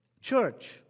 Church